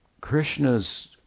Krishna's